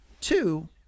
Two